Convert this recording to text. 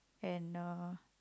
and uh